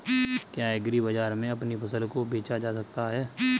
क्या एग्रीबाजार में अपनी फसल को बेचा जा सकता है?